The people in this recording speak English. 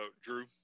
Drew